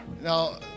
Now